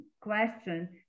question